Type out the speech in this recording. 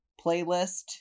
playlist